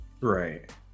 Right